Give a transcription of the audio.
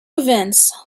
events